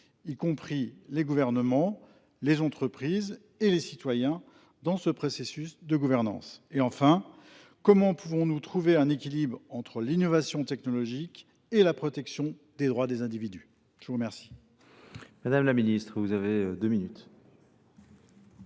y compris les gouvernements, les entreprises et les citoyens dans ce processus de gouvernance ? Et enfin, Comment pouvons-nous trouver un équilibre entre l'innovation technologique et la protection des droits des individus ? Je vous remercie.